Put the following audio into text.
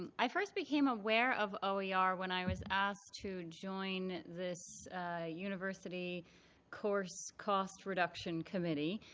um i first became aware of oer ah oer when i was asked to join this university course cost reduction committee.